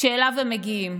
שאליו הם מגיעים.